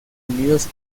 unidos